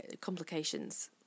complications